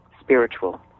spiritual